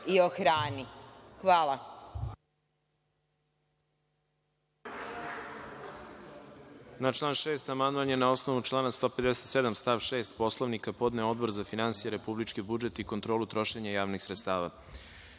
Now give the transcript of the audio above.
i o hrani. Hvala.